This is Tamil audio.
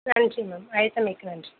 நன்றி மேம் அழைத்தமைக்கு நன்றி